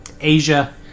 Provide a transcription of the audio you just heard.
Asia